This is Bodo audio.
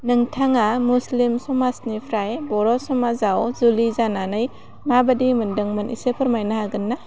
नोंथाङा मुस्लिम समाजनिफ्राय बर' समाजाव जुलि जानानै माबादि मोनदोंमोन एसे फोरमायनो हागोन्ना